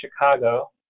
Chicago